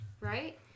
Right